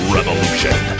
Revolution